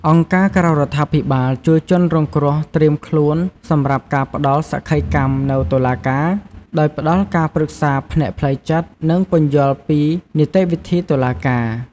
អង្គការក្រៅរដ្ឋាភិបាលជួយជនរងគ្រោះត្រៀមខ្លួនសម្រាប់ការផ្ដល់សក្ខីកម្មនៅតុលាការ ដោយផ្ដល់ការប្រឹក្សាផ្នែកផ្លូវចិត្ត និងពន្យល់ពីនីតិវិធីតុលាការ។